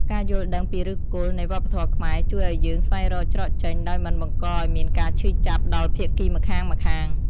ការយល់ដឹងពីឫសគល់នៃវប្បធម៌ខ្មែរ ជួយឱ្យយើងស្វែងរកច្រកចេញដោយមិនបង្កឱ្យមានការឈឺចាប់ដល់ភាគីម្ខាងៗ។